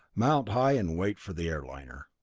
mount high and wait for the air liner.